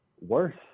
worse